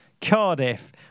Cardiff